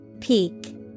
Peak